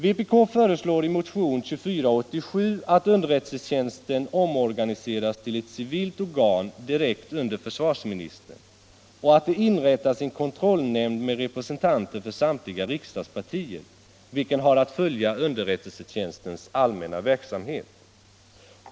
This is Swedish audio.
Vpk föreslår i motionen 2487 att underrättelsetjänsten omorganiseras till ett civilt organ direkt under försvarsministern och att det inrättas en kontrollnämnd med representanter för samtliga riksdagspartier, vilken har att följa underrättelsetjänstens allmänna verksamhet.